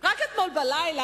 רק אתמול בלילה,